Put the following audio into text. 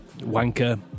wanker